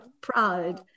pride